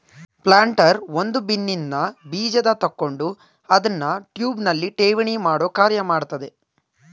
planter ಒಂದು ಬಿನ್ನಿನ್ದ ಬೀಜನ ತಕೊಂಡು ಅದ್ನ ಟ್ಯೂಬ್ನಲ್ಲಿ ಠೇವಣಿಮಾಡೋ ಕಾರ್ಯ ಮಾಡ್ತದೆ